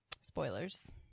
Spoilers